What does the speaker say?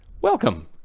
Welcome